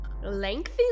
lengthy